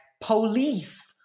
police